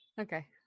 Okay